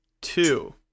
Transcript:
two